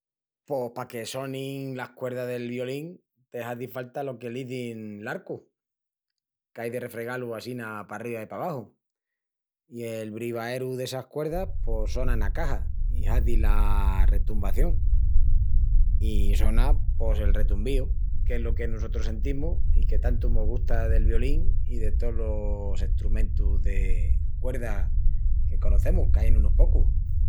Pos paque sonin las cuerdas del violín te hazi falta lo que l'izin l'arcu, qu'ai de refregá-lu assina parriba i pabaxu. I el brivaeru d'essas cuerdas pos sona ena caxa i hazi la retumbación i sona pos el retumbíu que es lo que nusotrus sentimus i que tantu mos gusta del violín i de tolos estrumentus de cuerda que conocemus, qu'an unus pocus.